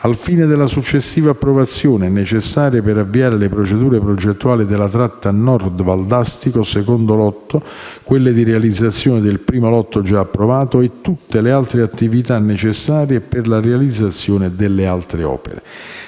al fine della successiva approvazione, necessaria per avviare le procedure progettuali della tratta nord Valdastico 2° lotto, quelle di realizzazione del 1° lotto già approvato e tutte le altre attività necessarie per la realizzazione delle altre opere.